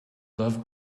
love